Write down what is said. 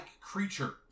creature